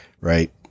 Right